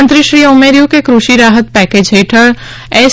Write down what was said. મંત્રીશ્રીએ ઉમેર્યુ કે કૃષિ રાહત પેકેજ હેઠળ એસ